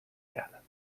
گردد